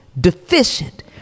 deficient